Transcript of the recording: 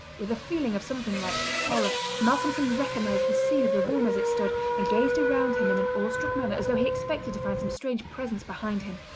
with a feeling of something like horror, malcolmson recognised the scene of the room as it stood, and gazed around him in an awestruck manner as though he expected to find some strange presence behind him.